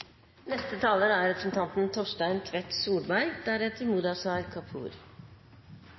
neste og siste replikant representanten Torstein Tvedt Solberg.